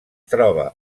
troba